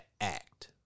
act